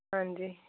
हां जी